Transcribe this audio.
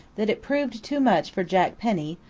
that it proved too much for jack penny,